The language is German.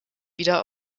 wieder